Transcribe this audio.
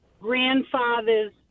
grandfather's